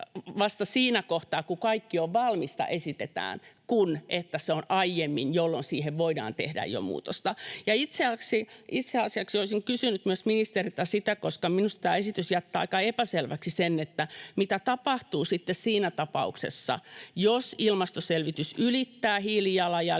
vasta siinä kohtaa, kun kaikki on valmista, kuin että se esitettäisiin aiemmin, jolloin siihen voitaisiin tehdä muutoksia. Itse asiassa olisin kysynyt ministeriltä, koska minusta tämä esitys jättää sen aika epäselväksi, mitä tapahtuu sitten siinä tapauksessa, jos ilmastoselvitys ylittää hiilijalanjäljen